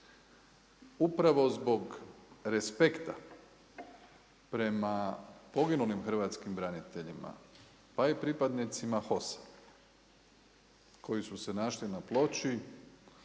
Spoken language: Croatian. Upravo zbog respekta prema poginulim hrvatskim braniteljima, pa i pripadnicima HOS-a koji su se našli na ploči,